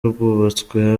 rwubatswe